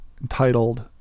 entitled